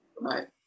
right